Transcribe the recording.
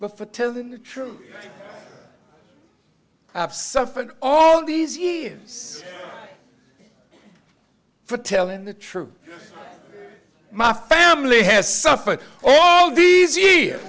but for telling the truth i have suffered all these years for telling the truth my family has suffered all these years